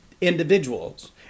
individuals